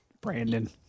Brandon